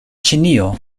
ĉinio